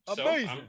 Amazing